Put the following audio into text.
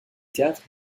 théâtre